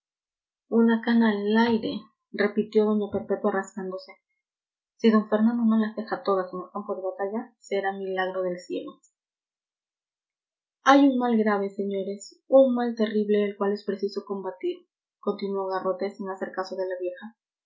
repitió doña perpetua rascándose si d fernando no las deja todas en el campo de batalla será milagro del cielo hay un mal grave señores un mal terrible al cual es preciso combatir continuó garrote sin hacer caso de la vieja